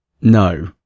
no